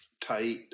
tight